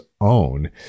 own